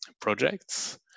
projects